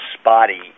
spotty